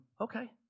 Okay